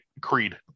Creed